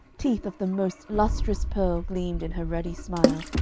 teeth of the most lustrous pearl gleamed in her ruddy smile,